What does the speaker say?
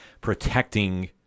protecting